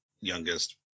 youngest